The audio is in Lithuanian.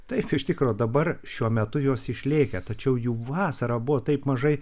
taip iš tikro dabar šiuo metu jos išlėkę tačiau jų vasarą buvo taip mažai